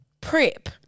Prep